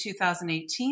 2018